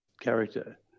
character